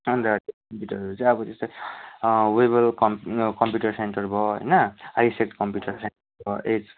अन्त कम्प्युटरहरू चाहिँ अब जस्तै वेबल कम्प्युटर सेन्टर भयो होइन आइसेक्ट कम्प्युटर सेन्टर भयो